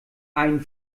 ein